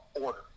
order